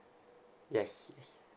yes